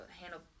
handle